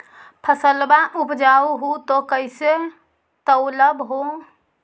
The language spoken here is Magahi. फसलबा उपजाऊ हू तो कैसे तौउलब हो?